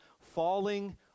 falling